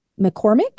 McCormick